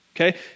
Okay